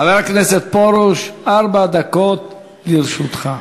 חבר הכנסת פרוש, ארבע דקות לרשותך.